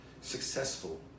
successful